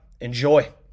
Enjoy